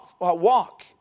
walk